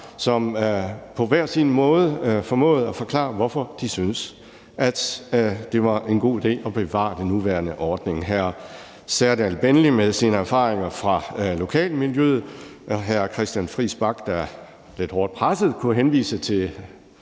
som på hver sin måde formåede at forklare, hvorfor de syntes, det var en god idé at bevare den nuværende ordning: hr. Serdal Benli med sine erfaringer fra lokalmiljøet og hr. Christian Friis Bach, der lidt hårdt presset kunne henvise til